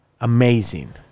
amazing